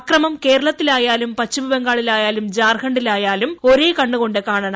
അക്രമം കേരളത്തിലായാലും പശ്ചിമ ബംഗാളിലായാലും ജാർഖണ്ഡിലായ്യാവും ഒരേ കണ്ണുകൊണ്ട് കാണണം